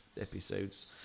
episodes